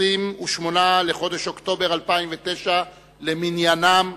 28 בחודש אוקטובר 2009 למניינם.